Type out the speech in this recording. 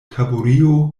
taburio